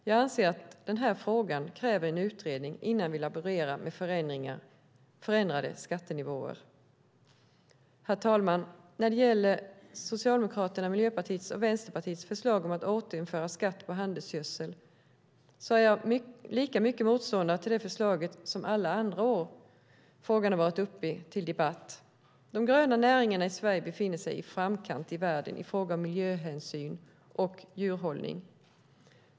Jag anser att frågan kräver en utredning innan vi laborerar med förändrade skattenivåer. Herr talman! När det gäller Socialdemokraternas, Miljöpartiets och Vänsterpartiets förslag om att återinföra skatt på handelsgödsel är jag lika mycket motståndare till det förslaget som alla andra år som frågan har varit uppe till debatt. De gröna näringarna i Sverige befinner sig i framkant i världen i fråga om miljöhänsyn och djurhållning.